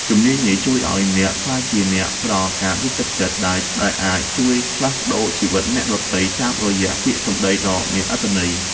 ជំនាញនេះជួយឱ្យអ្នកក្លាយជាអ្នកផ្ដល់ការលើកទឹកចិត្ត ដែលអាចជួយផ្លាស់ប្តូរជីវិតអ្នកដទៃតាមរយៈពាក្យសម្ដីដ៏មានអត្ថន័យ។